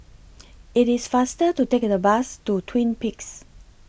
IT IS faster to Take The Bus to Twin Peaks